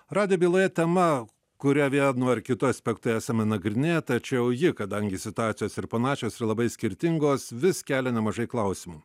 radijo byloje tema kurią vienu ar kitu aspektu esame nagrinėję tačiau ji kadangi situacijos ir panašios ir labai skirtingos vis kelia nemažai klausimų